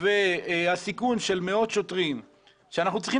והסיכון של מאות שוטרים - ואנחנו צריכים